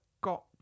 got